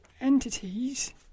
entities